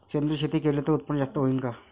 सेंद्रिय शेती केली त उत्पन्न जास्त होईन का?